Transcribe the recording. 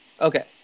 Okay